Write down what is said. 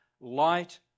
light